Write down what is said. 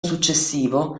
successivo